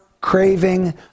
craving